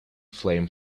flame